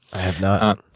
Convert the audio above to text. i have not.